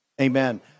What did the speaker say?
Amen